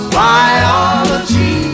biology